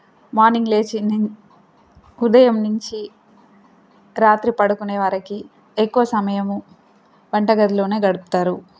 morning లేచి ఉదయం నుంచి రాత్రి పడుకునే వరకు ఎక్కువ సమయము వంట గదిలోనే గడుపుతారు